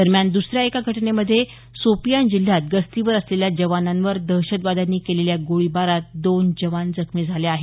दरम्यान द्रसऱ्या एका घटनेमध्ये सोपीअन जिल्ह्यात गस्तीवर असलेल्या जवानांवर दहशतवाद्यांनी केलेल्या गोळीबारात दोन जवान जखमी झाले आहेत